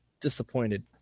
disappointed